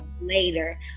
later